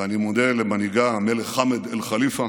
ואני מודה למנהיגה, המלך חמד אאל-ח'ליפה,